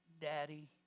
Daddy